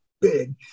big